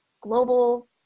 global